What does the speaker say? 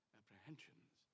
apprehensions